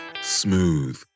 smooth